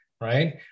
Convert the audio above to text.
right